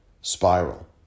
spiral